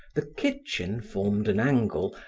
the kitchen formed an angle,